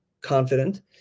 confident